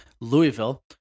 Louisville